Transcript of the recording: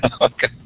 Okay